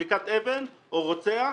זריקת אבן או רוצח,